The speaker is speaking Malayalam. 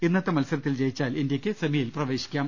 ഇന്നത്തെ മത്സരത്തിൽ വിജയിച്ചാൽ ഇന്ത്യക്ക് സെമിയിൽ പ്രവേശിക്കാം